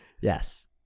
yes